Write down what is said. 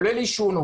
כולל עישון,